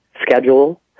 schedule